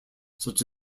such